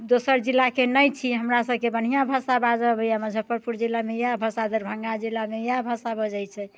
दोसर जिलाके नहि छी हमरा सबके बढ़िआँ भाषा बाजऽ अबैये मुजफ्फरपुर जिलामे इएह भाषा दरभंगा जिलामे इएह भाषा बजै छै